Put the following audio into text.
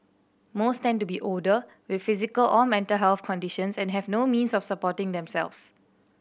most tend to be older with physical or mental health conditions and have no means of supporting themselves